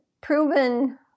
proven